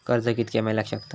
कर्ज कितक्या मेलाक शकता?